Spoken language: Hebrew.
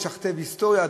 לשכתב היסטוריה,